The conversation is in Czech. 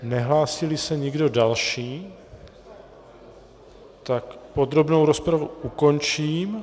Nehlásíli se nikdo další, tak podrobnou rozpravu ukončím.